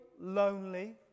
lonely